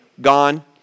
gone